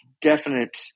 definite